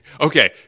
okay